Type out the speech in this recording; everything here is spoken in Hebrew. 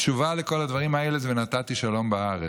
התשובה לכל הדברים הלאה היא "ונתתי שלום בארץ"